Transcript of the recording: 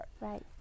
Right